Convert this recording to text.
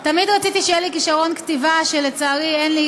תמיד רציתי שיהיה לי כישרון כתיבה, ולצערי אין לי.